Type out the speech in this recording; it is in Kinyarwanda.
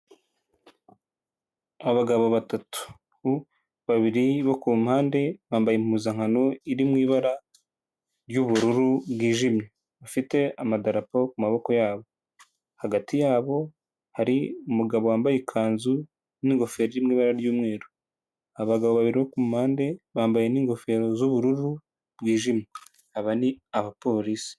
Abagabo batatu babiri bo kumpande bambaye impuzankano iri mu ibara ry'ubururu bwijimye, bafite amadapo ku maboko yabo. Hagati yabo hari umugabo wambaye ikanzu n'ingofero iri mu ibara ry'umweru. Abagabo babiri bo ku mpande bambaye n'ingofero z'ubururu bwijimye, aba ni abapolisi.